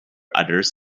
others